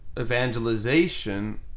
evangelization